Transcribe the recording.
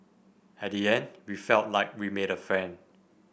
at the end we felt like we made a friend